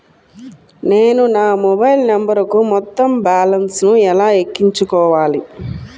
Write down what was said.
నేను నా మొబైల్ నంబరుకు మొత్తం బాలన్స్ ను ఎలా ఎక్కించుకోవాలి?